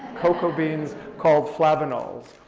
cocoa beans called flavanols.